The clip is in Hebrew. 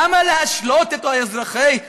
למה להשלות את האזרחים הערבים,